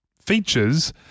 features